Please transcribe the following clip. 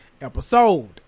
episode